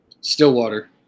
Stillwater